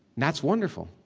that's wonderful,